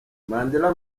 mandla